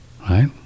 right